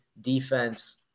defense